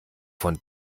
von